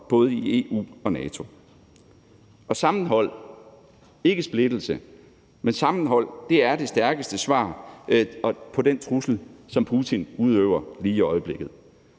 både i EU og NATO. Sammenhold – ikke splittelse, men sammenhold – er det stærkeste svar på den trussel, som Putin udøver lige i øjeblikket.